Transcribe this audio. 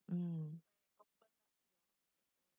mm